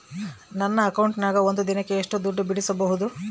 ನನ್ನ ಅಕೌಂಟಿನ್ಯಾಗ ಒಂದು ದಿನಕ್ಕ ಎಷ್ಟು ದುಡ್ಡು ಬಿಡಿಸಬಹುದು?